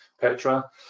petra